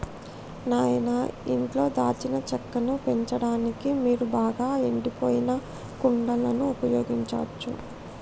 నాయిన ఇంట్లో దాల్చిన చెక్కను పెంచడానికి మీరు బాగా ఎండిపోయిన కుండలను ఉపయోగించచ్చు